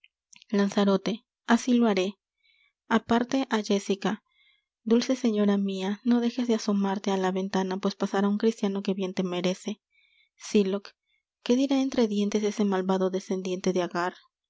lanzarote así lo haré aparte á jéssica dulce señora mia no dejes de asomarte á la ventana pues pasará un cristiano que bien te merece sylock qué dirá entre dientes ese malvado descendiente de agar